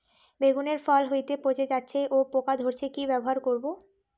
বেগুনের ফল হতেই পচে যাচ্ছে ও পোকা ধরছে কি ব্যবহার করব?